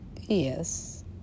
Yes